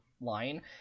line